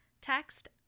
text